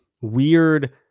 weird